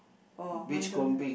oh mine don't have